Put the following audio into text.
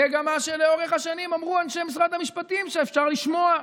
זה גם מה שלאורך השנים אמרו אנשי המשפטים שאפשר לשמוע.